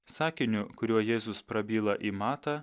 sakiniu kuriuo jėzus prabyla į matą